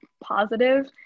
positive